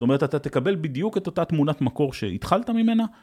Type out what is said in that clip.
זאת אומרת אתה תקבל בדיוק את אותה תמונת מקור שהתחלת ממנה